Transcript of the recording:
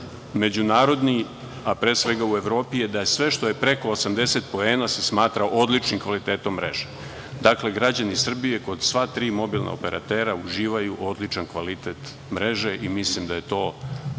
međunarodni, a pre svega u Evropi je da sve što je preko 80 poena se smatra odličnim kvalitetom mreže. Građani Srbije kod sva tri mobilna operatera uživaju odličan kvalitet mreže i mislim da je to